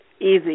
Easy